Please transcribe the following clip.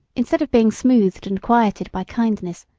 instead of being smoothed and quieted by kindness,